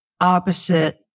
opposite